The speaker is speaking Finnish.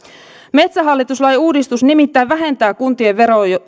metsähallitus lain uudistus nimittäin vähentää kuntien